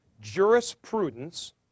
jurisprudence